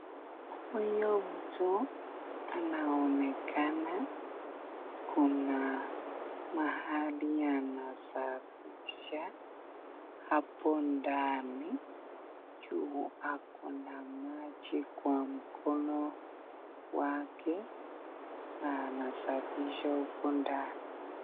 Huyu mtu anaonekana kuna mahali anasafisha hapo ndani juu ako na maji kwa mkono wake na anasafisha huko ndani.